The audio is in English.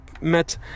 met